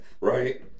Right